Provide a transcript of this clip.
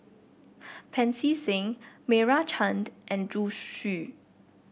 Pancy Seng Meira Chand and Zhu Xu